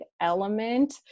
element